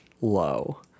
low